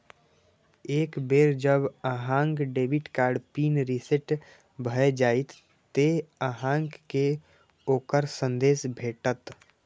एक बेर जब अहांक डेबिट कार्ड पिन रीसेट भए जाएत, ते अहांक कें ओकर संदेश भेटत